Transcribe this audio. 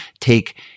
take